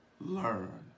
learn